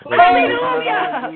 hallelujah